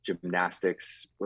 gymnastics